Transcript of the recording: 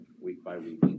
week-by-week